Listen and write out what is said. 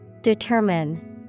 Determine